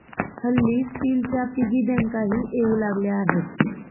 हल्ली स्टीलच्या पिगी बँकाही येऊ लागल्या आहेत